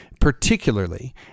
particularly